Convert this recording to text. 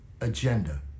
agenda